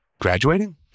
graduating